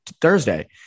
Thursday